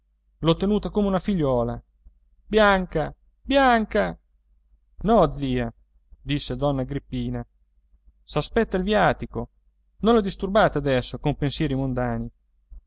l'ho tenuta come una figliuola bianca bianca no zia disse donna agrippina s'aspetta il viatico non la disturbate adesso con pensieri mondani